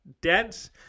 dense